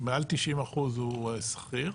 שמעל 90% הוא סחיר.